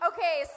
Okay